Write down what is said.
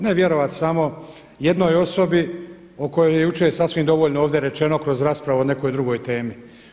Ne vjerovati samo jednoj osobi o kojoj je jučer sasvim dovoljno ovdje rečeno kroz raspravu o nekoj drugoj temi.